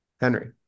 Henry